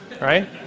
Right